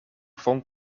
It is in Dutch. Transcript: vond